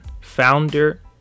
founder